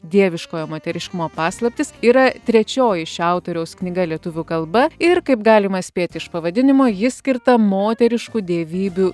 dieviškojo moteriškumo paslaptys yra trečioji šio autoriaus knyga lietuvių kalba ir kaip galima spėti iš pavadinimo ji skirta moteriškų dievybių